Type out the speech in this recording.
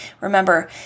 Remember